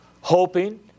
hoping